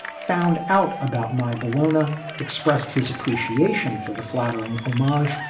found out about my bellona, expressed his appreciation for the flattering omarjan,